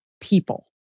people